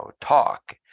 talk